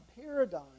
paradigm